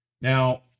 Now